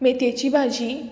मेतयेची भाजी